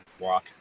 walk